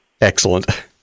Excellent